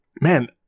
Man